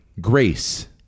Grace